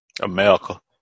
America